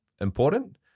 important